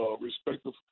respective